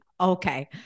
Okay